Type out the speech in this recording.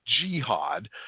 jihad